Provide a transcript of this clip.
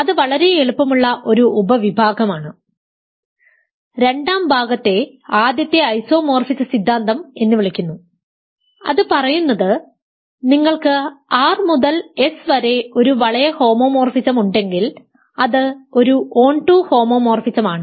അത് വളരെ എളുപ്പമുള്ള ഒരു ഉപവിഭാഗമാണ് രണ്ടാം ഭാഗത്തെ ആദ്യത്തെ ഐസോമോർഫിസ സിദ്ധാന്തം എന്ന് വിളിക്കുന്നു അത് പറയുന്നത് നിങ്ങൾക്ക് R മുതൽ S വരെ ഒരു വളയഹോ മോമോർഫിസം ഉണ്ടെങ്കിൽ അത് ഒരു ഓൺടു ഹോമോമോർഫിസമാണ്